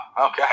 okay